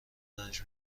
رنج